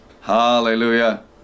Hallelujah